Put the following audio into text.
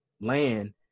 land